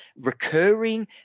recurring